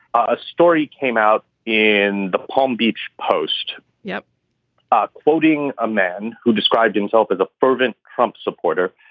a story came out in the palm beach post yeah ah quoting a man who described himself as a fervent trump supporter,